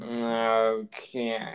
Okay